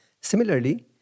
Similarly